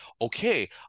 okay